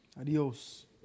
Adios